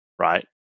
Right